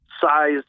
size